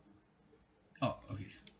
oh okay